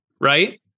right